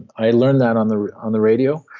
i learned that on the on the radio,